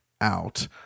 out